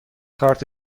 کارت